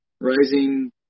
rising